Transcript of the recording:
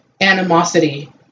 animosity